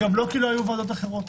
לא כי לא היו ועדות אחרות.